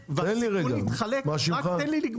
אני מציע ככה --- רק תן לי לגמור.